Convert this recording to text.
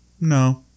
No